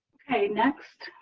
okay, next.